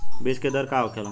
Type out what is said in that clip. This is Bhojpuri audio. बीज के दर का होखेला?